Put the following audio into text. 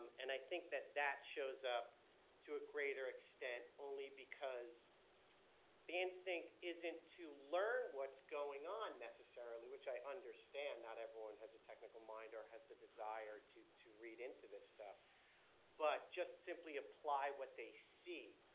and i think that that shows up to a greater extent only because the instinct isn't to learn what's going on necessarily, which i understand not everyone has a technical mind or has the desire to to read into this stuff but just simply apply what they see.